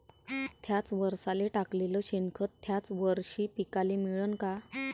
थ्याच वरसाले टाकलेलं शेनखत थ्याच वरशी पिकाले मिळन का?